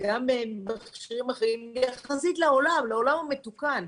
וגם מכשירים אחרים יחסית לעולם המתוקן.